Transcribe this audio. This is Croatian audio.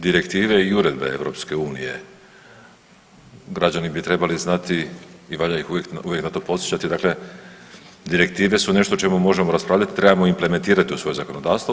Direktive i uredbe EU građani bi trebali znati i valja ih uvijek na to podsjećati, dakle direktive su nešto o čemu možemo raspravljati, trebamo implementirati u svoje zakonodavstvo.